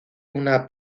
una